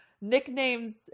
nicknames